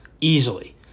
easily